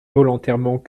volontairement